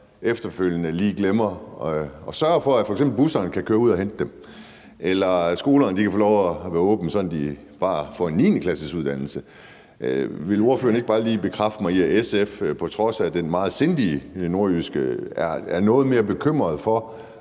efterfølgende lige glemmer at sørge for, at f.eks. busserne kan køre ud og hente dem, eller at skolerne kan få lov at være åbne, sådan at de bare får en 9.-klassesuddannelse. Vil ordføreren ikke bare lige bekræfte mig i, at SF på trods af det meget sindige nordjyske udtryk er noget mere bekymrede?